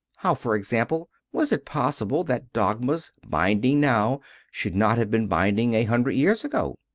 how, for example, was it possible that dogmas binding now should not have been binding a hundred years ago?